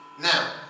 Now